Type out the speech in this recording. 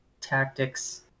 Tactics